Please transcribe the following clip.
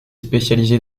spécialisée